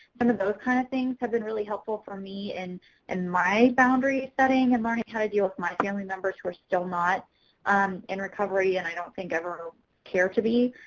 and those kind of things have been really helpful for me and in my boundary setting and learning how to deal with my family members who are still not um in recovery and i don't think ever care to be.